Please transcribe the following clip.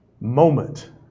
moment